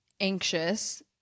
anxious